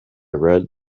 read